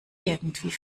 irgendwie